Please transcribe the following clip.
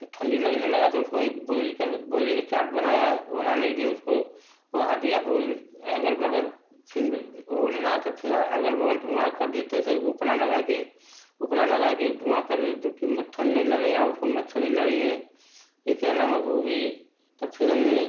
तो ठंडी लगने लगा तो उसको एक बोरी का बोरी के चाट बनाया ओढ़ाने के लिए उसको ओढ़ा दिया बोरी अगल बगल फिन ओहु ना तो फिर अगल बगल धुआँ कर देते थे उपला लगा के उपला लगा के धुआँ कर देते जोकि मच्छर नहीं लगेगा उसको मच्छर नही लगेंगे एके अलावा वह भी तब फिर हमने